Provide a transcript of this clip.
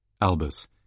Albus